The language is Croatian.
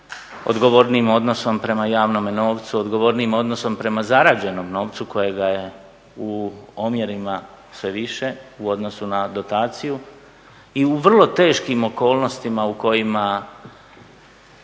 odgovornijim odnosom prema javnom novcu, odgovornijim odnosom prema zarađenom novcu kojega je u omjerima sve više u odnosu na dotaciju i u vrlo teškim okolnostima u kojima